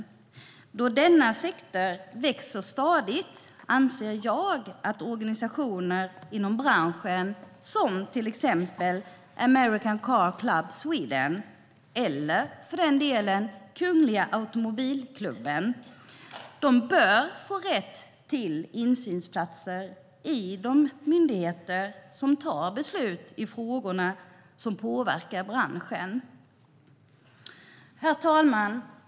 Eftersom denna sektor växer stadigt anser jag att organisationer inom branschen, till exempel American Car Club Sweden eller för den delen Kungliga Automobilklubben, bör få rätt till insynsplatser i de myndigheter som tar beslut i frågor som påverkar branschen. Herr talman!